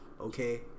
Okay